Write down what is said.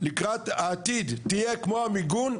לקראת העתיד תהיה כמו המיגון,